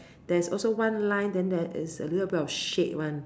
there's also one line then there is a little bit of shade [one]